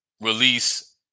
release